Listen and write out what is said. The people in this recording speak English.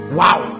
wow